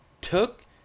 took